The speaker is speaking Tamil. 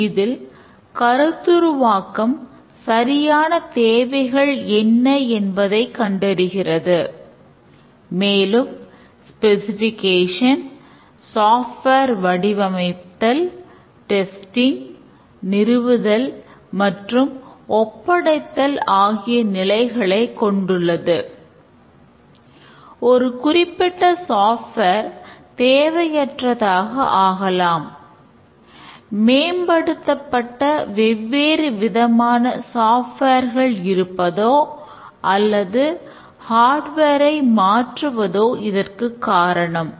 இதேபோல்தான் சாஃப்ட்வேர் ஐ மாற்றுவதோ இதற்கு காரணம்